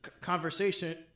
conversation